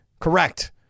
Correct